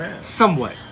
Somewhat